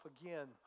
again